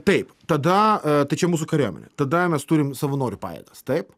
taip tada tai čia mūsų kariuomenė tada mes turim savanorių pajėgas taip